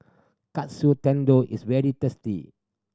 Katsu Tendon is very tasty